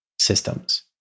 systems